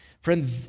Friend